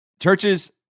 Churches